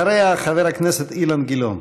אחריה, חבר הכנסת אילן גילאון.